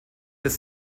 des